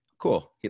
cool